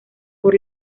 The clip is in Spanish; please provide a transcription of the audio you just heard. por